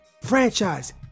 franchise